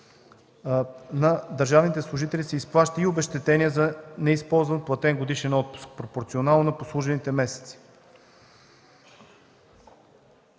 на държавните служители се изплаща и обезщетение за неизплатен годишен отпуск пропорционално на прослужените месеци.